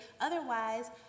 otherwise